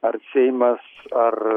ar seimas ar